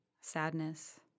sadness